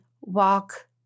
walk